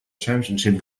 championship